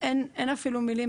אין אפילו מילים,